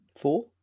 Four